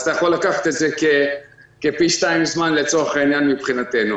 אז אתה יכול לקחת את זה כפי שתיים זמן לצורך העניין מבחינתנו.